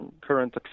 current